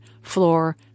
floor